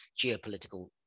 geopolitical